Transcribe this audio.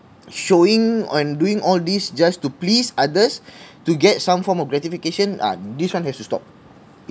showing on doing all these just to please others to get some form of gratification ah this one has to stop